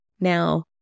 Now